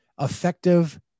Effective